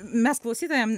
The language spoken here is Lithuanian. mes klausytojam